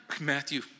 Matthew